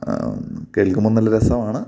കേൾക്കുമ്പോള് നല്ല രസമാണ്